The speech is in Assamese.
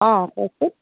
অ' কওকচোন